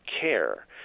care